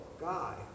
guy